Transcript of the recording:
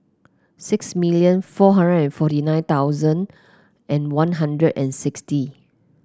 six million four hundred and forty nine thousand and One Hundred and sixty